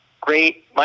great